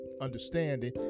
understanding